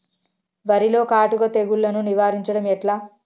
వరిలో కాటుక తెగుళ్లను నివారించడం ఎట్లా?